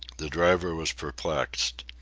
the driver was perplexed.